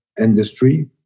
industry